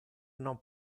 non